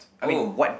oh